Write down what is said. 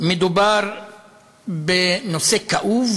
מדובר בנושא כאוב